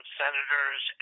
senators